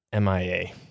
MIA